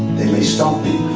they may stop me